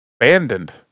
Abandoned